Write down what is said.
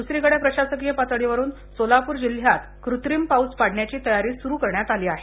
दुसरीकडे प्रशासकीय पातळीवरुन सोलापूर जिल्ह्यात कृत्रिम पाऊस पाडण्याची तयारी सुरु करण्यात आली आहे